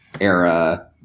era